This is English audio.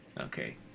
Okay